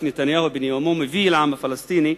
שנתניהו בנאומו מביא לעם הפלסטיני,